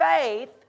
faith